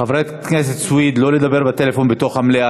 חברת הכנסת סויד, לא לדבר בטלפון בתוך המליאה.